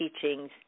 teachings